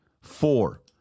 four